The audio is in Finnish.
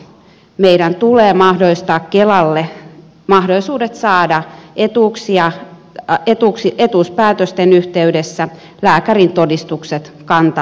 meidän tulee mahdollistaa kelalle mahdollisuudet saada etuuspäätösten yhteydessä lääkärintodistukset kanta arkistosta